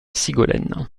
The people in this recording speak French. sigolène